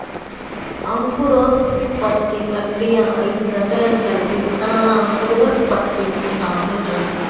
అంకురోత్పత్తి ప్రక్రియ ఐదు దశలను కలిగి విత్తనాల అంకురోత్పత్తిని సాధ్యం చేస్తుంది